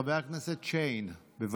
חבר הכנסת שיין, בבקשה.